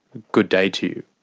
good day to you.